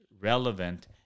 relevant